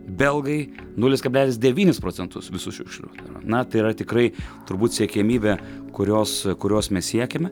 belgai nulis kablelis devynis procentus visų šiukšlių na tai yra tikrai turbūt siekiamybė kurios kurios mes siekiame